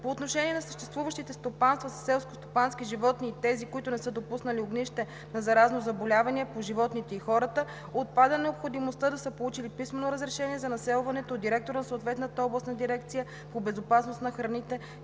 По отношение на съществуващите стопанства със селскостопански животни и тези, които не са допуснали огнище на заразно заболяване по животните и хората, отпада необходимостта да са получили писмено разрешение за населването от директора на съответната областна дирекция по безопасност на храните,